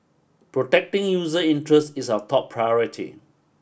protecting user interests is our top priority